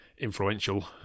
influential